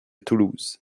toulouse